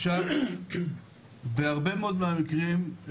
בהרבה מאוד מהמקרים,